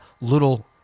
little